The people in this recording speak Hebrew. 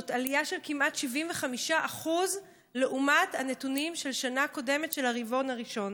זאת עלייה של כמעט 75% לעומת הנתונים של הרבעון הראשון